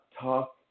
talk